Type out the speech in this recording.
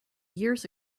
years